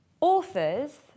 authors